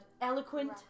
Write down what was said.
eloquent